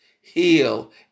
heal